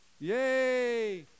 Yay